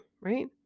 right